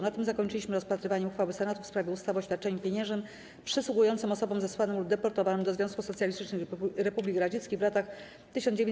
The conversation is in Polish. Na tym zakończyliśmy rozpatrywanie uchwały Senatu w sprawie ustawy o świadczeniu pieniężnym przysługującym osobom zesłanym lub deportowanym do Związku Socjalistycznych Republik Radzieckich w latach 1939–1956.